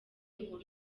nkuru